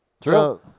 true